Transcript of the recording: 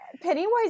Pennywise